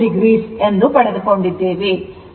2o ಎಂದು ಪಡೆದುಕೊಂಡಿದ್ದೇವೆ